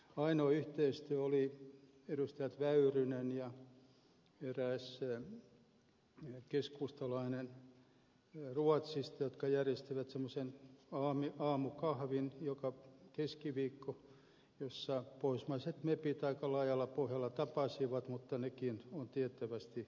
ainoa yhteistyön muoto oli edustaja väyrysen ja erään ruotsista olevan keskustalaisen järjestämä aamukahvi joka keskiviikko jolloin pohjoismaiset mepit aika laajalla pohjalla tapasivat mutta nekin tilaisuudet ovat tiettävästi loppuneet